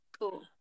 Cool